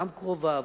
גם קרוביו,